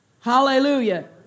Hallelujah